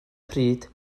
pryd